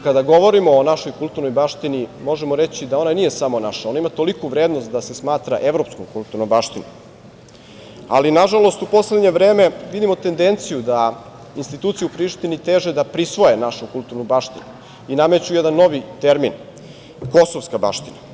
Kada govorimo o našoj kulturnoj baštini možemo reći da ona nije samo naša, ona ima toliku vrednost da se smatra evropskom kulturnom baštinom, ali nažalost u poslednje vreme vidimo tendenciju da institucije u Prištini teže da prisvoje našu kulturnu baštinu i nameću jedan novi termin – kosovska baština.